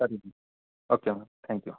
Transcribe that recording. ಸರಿ ರೀ okay ma'am thank you